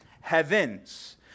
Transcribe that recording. Heavens